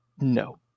No